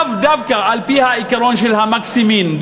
לאו דווקא על-פי העיקרון של ה"מקסימין";